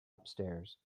upstairs